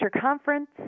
conference